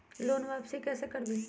Loan वापसी कैसे करबी?